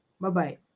Bye-bye